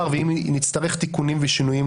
ואם נצטרך לעשות תיקונים ושינויים.